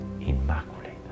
Immaculate